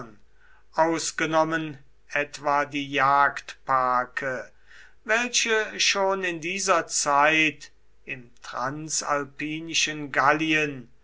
ausgenommen etwa die jagdparke welche schon in dieser zeit im transalpinischen gallien